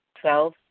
Twelve